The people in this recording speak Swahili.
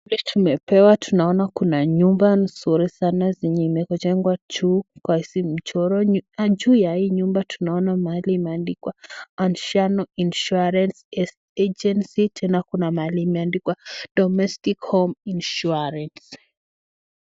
Vile tumepewa tunaona kuna nyumba nzuri sana zenye imejengwa juu kwa hizi michoro, na juu ya hii nyumba tunaona mahali imeandikwa Anziano insurance agency tena kuna mahali imeandikwa domestic home insurance .